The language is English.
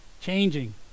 Changing